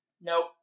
Nope